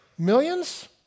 Millions